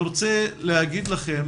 אני רוצה להגיד לכם